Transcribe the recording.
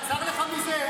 אה, צר לך מזה?